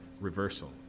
reversal